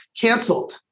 canceled